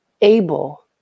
able